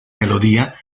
melodía